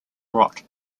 rot